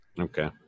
okay